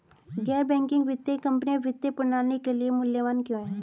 गैर बैंकिंग वित्तीय कंपनियाँ वित्तीय प्रणाली के लिए मूल्यवान क्यों हैं?